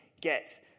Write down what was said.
get